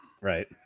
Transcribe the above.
right